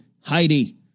Heidi